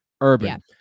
Urban